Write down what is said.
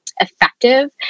Effective